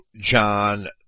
John